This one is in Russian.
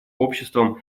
общество